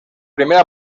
primera